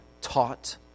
taught